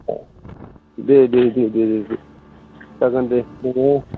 दे दे दे दे जागोन दे